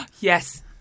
Yes